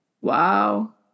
Wow